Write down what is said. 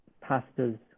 pastors